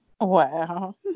Wow